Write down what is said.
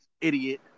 idiot